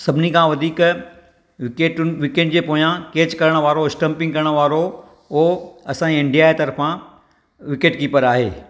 सभिनी खां वधीक विकेटुनि विकेट जे पोयां कैच करण वारो स्टम्पिंग करण वारो उहो असांजे इण्डिया जे तर्फ़ां विकेट कीपर आहे